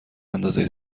اندازه